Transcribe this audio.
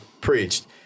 preached